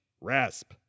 rasp